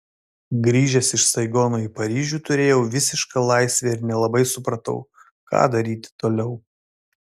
grįžęs iš saigono į paryžių turėjau visišką laisvę ir nelabai supratau ką daryti toliau